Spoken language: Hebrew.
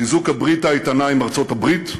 חיזוק הברית האיתנה עם ארצות-הברית,